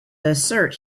assert